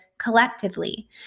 Collectively